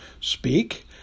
speak